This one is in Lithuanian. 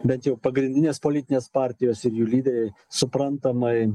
bent jau pagrindinės politinės partijos ir jų lyderiai suprantamai